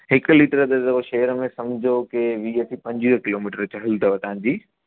हिकु लीटर ते तव शेअर में सम्झो कि वीह टीह पंजवीह किलोमीटर हिते हलंदव तव्हांजी